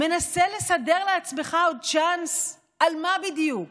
מנסה לסדר לעצמך עוד צ'אנס, למה בדיוק